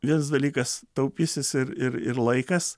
vienas dalykas taupysis ir ir ir laikas